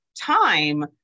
time